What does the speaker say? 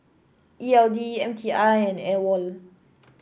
E L D M T I and AWOL